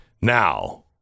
Now